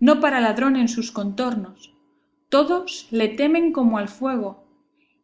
no para ladrón en sus contornos todos le temen como al fuego